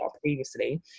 previously